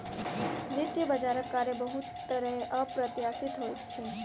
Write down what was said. वित्तीय बजारक कार्य बहुत तरहेँ अप्रत्याशित होइत अछि